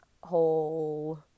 whole